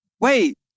Wait